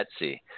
Etsy